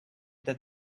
that